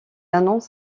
annonce